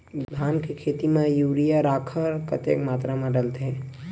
धान के खेती म यूरिया राखर कतेक मात्रा म डलथे?